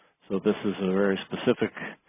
so this is a very specific